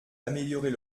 améliorer